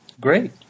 Great